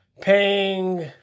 paying